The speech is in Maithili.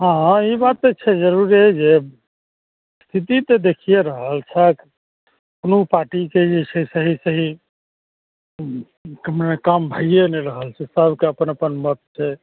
हँ ई बात तऽ छै जरूरे जे स्थिति तऽ देखिये रहल छहक कोनो पार्टीके जे छै सही सही कोनो काम भइए नहि रहल छै सबके अपन अपन मत छै